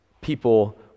people